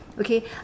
Okay